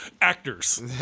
actors